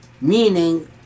meaning